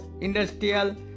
industrial